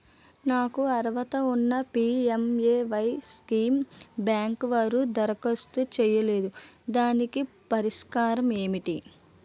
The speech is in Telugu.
నాకు అర్హత ఉన్నా పి.ఎం.ఎ.వై స్కీమ్ బ్యాంకు వారు దరఖాస్తు చేయలేదు దీనికి పరిష్కారం ఏమిటి?